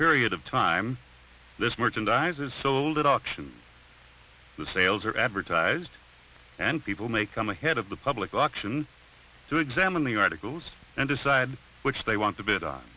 period of time this merchandise is sold at auction the sales are advertised and people may come ahead of the public auction to examine the articles and decide which they want to bid o